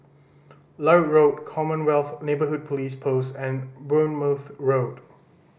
Larut Road Commonwealth Neighbourhood Police Post and Bournemouth Road